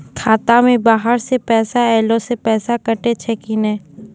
खाता मे बाहर से पैसा ऐलो से पैसा कटै छै कि नै?